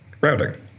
routing